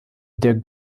der